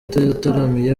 yataramiye